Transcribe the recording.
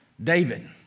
David